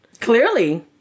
Clearly